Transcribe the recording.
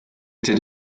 était